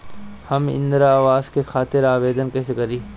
हम इंद्रा अवास के खातिर आवेदन कइसे करी?